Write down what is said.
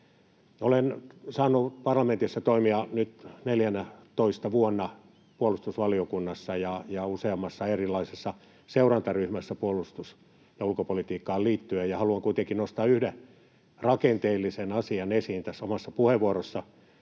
Olen saanut toimia parlamentissa nyt 14:nä vuonna puolustusvaliokunnassa ja useammassa erilaisessa seurantaryhmässä puolustus- ja ulkopolitiikkaan liittyen, ja haluan kuitenkin nostaa yhden rakenteellisen asian esiin tässä omassa puheenvuorossani,